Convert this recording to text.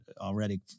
already